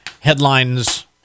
Headlines